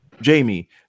Jamie